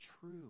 true